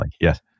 yes